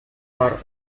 also